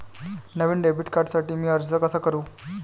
नवीन debit कार्डसाठी मी अर्ज कसा करू?